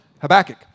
Habakkuk